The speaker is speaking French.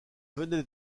venait